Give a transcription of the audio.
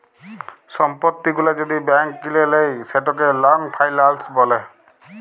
সম্পত্তি গুলা যদি ব্যাংক কিলে লেই সেটকে লং ফাইলাল্স ব্যলে